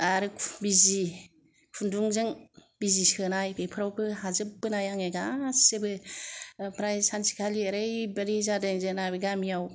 आरो बिजि खुन्दुंजों बिजि सोनाय बेफोरावबो हाजोबबोनाय आङो गासिबो ओमफ्राय सानसेखालि ओरैबायदि जादों जोंना गामियाव